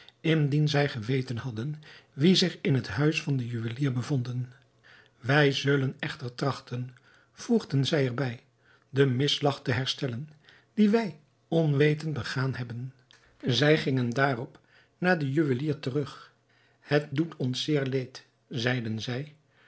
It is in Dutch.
indien zij geweten hadden wie zich in het huis van den juwelier bevonden wij zullen echter trachten voegden zij er bij den misslag te herstellen dien wij onwetend begaan hebben zij gingen daarop naar den juwelier terug het doet ons zeer leed zeiden zij